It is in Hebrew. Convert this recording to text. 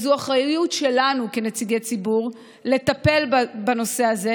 זו אחריות שלנו כנציגי ציבור לטפל בנושא הזה,